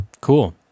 cool